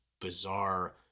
bizarre